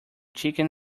chicken